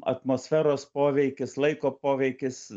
atmosferos poveikis laiko poveikis